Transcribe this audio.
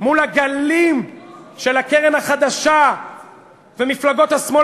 מול הגלים של הקרן החדשה ומפלגות השמאל